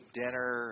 dinner